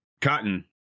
Cotton